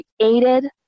created